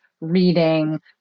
reading